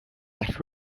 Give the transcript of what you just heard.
that